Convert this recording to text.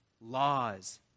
Laws